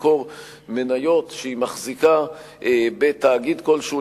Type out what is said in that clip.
למכור מניות שהיא מחזיקה בתאגיד כלשהו,